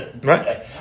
right